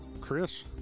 Chris